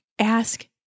ask